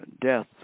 death